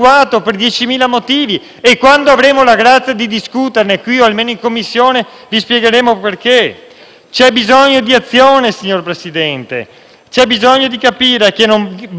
C'è bisogno di azione, signor Presidente; c'è bisogno di capire che non basta venire qui a parlare bene di Europa e di clima in quei pochissimi secondi - tra l'altro - in cui lei ne ha parlato.